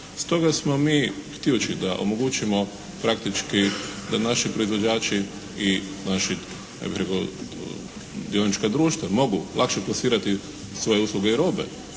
Stoga smo mi htijući da omogućimo praktički da naši proizvođači i naši ja bih rekao dionička društva mogu lakše plasirati svoje usluge i robe